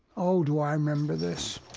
oh, do i remember this,